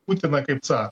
putiną kaip carą